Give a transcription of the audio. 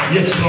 Yes